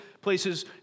places